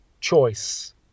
choice